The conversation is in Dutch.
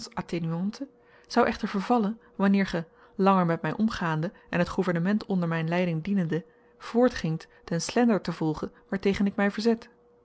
zou echter vervallen wanneer ge langer met my omgaande en t gouvernement onder myn leiding dienende voortgingt den slender te volgen waartegen ik my verzet